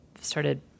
started